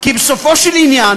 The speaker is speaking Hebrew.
כי בסופו של עניין,